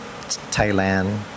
Thailand